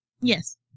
Yes